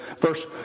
verse